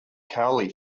cowley